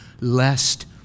lest